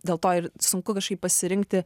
dėl to ir sunku kažkaip pasirinkti